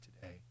today